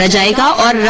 and da da